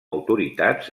autoritats